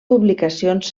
publicacions